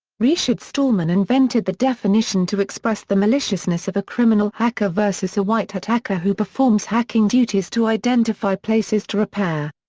richard stallman invented the definition to express the maliciousness of a criminal hacker versus a white hat hacker who performs hacking duties to identify places to repair.